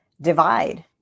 divide